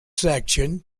section